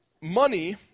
Money